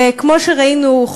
וכמו שראינו,